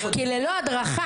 כי ללא הדרכה,